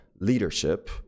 leadership